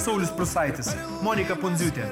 saulius prūsaitis monika pundziūtė